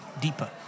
deeper